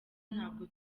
ntabwo